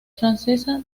francesa